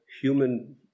human